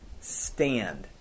Stand